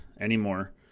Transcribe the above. anymore